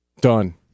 Done